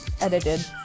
edited